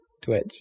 Twitch